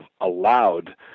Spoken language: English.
allowed